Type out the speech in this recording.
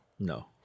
No